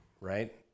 right